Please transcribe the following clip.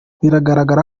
bigaragaza